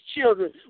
children